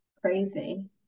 crazy